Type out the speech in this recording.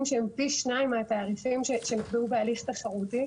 בתעריפים שהם פי שניים מהתעריפים שנקבעו בהליך תחרותי.